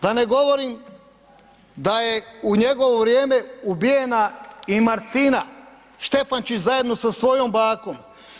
Da ne govorim da je u njegovo vrijeme ubijena i Martina Štefančić zajedno sa svojom bakom.